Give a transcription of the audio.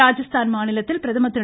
ராஜஸ்தான் மாநிலத்தில் பிரதமர் திரு